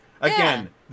Again